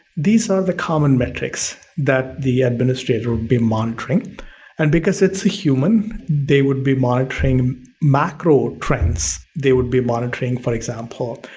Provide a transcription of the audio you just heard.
these are the common metrics that the administrator would be monitoring and because it's a human they would be monitoring macro trends. they would be monitoring for example,